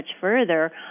further